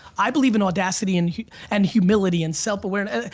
i believe in audacity and and humility and self awareness,